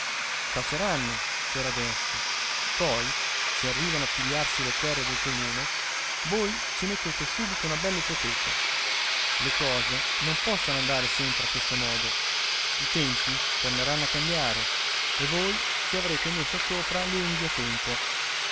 casa taceranno per adesso poi se arrivano a pigliarsi le terre del comune voi ci mettete subito una bella ipoteca le cose non possono andare sempre a questo modo i tempi torneranno a cambiare e voi ci avrete messo sopra le unghie a tempo